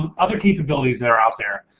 um other capabilities that are out there.